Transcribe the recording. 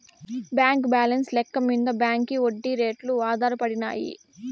బాంకీ బాలెన్స్ లెక్క మింద బాంకీ ఒడ్డీ రేట్లు ఆధారపడినాయి